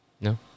No